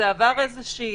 זה עבר איזושהי,